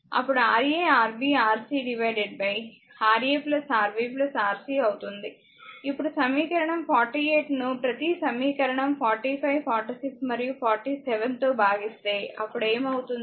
అప్పుడు Ra Rb Rc Ra Rb Rc అవుతుంది ఇప్పుడు సమీకరణం 48 ను ప్రతి సమీకరణం 45 46 మరియు 47 తో భాగిస్తే అప్పుడు ఏమి అవుతుంది